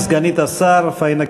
סגנית השר פאינה קירשנבאום,